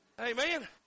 Amen